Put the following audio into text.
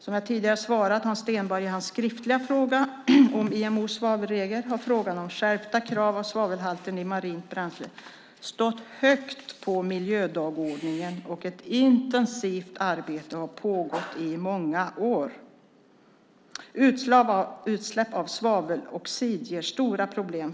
Som jag tidigare svarat Hans Stenberg i hans skriftliga fråga om IMO:s svavelregler, har frågan om skärpta krav av svavelhalten i marint bränsle stått högt på miljödagordningen och ett intensivt arbete har pågått i många år. Utsläpp av svaveloxid ger stora problem.